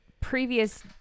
previous